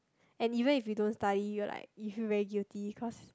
and even if you don't study you're like you feel very guilty cause